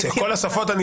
השפות?